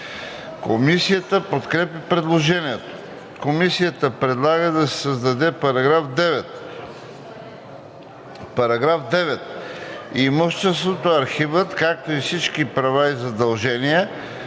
Комисията подкрепя предложението. Комисията предлага да се създаде § 9: „§ 9. Имуществото, архивът, както и всички права и задължения,